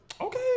Okay